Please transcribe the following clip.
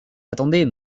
attendez